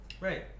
Right